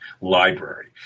library